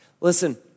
Listen